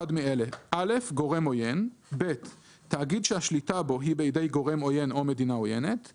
מאלה: גורם עוין; תאגיד שהשליטה בו היא בידי גורם עוין או מדינה עוינת ;